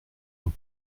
sont